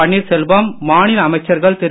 பன்னீர்செல்வம் மாநில அமைச்சர்கள் திரு